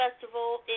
festival